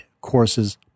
Courses